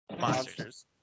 Monsters